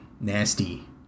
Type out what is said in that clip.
nasty